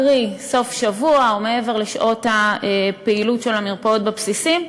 קרי סוף שבוע או מעבר לשעות הפעילות של המרפאות בבסיסים,